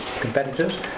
competitors